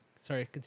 Sorry